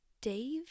Dave